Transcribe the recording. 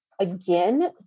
again